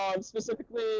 specifically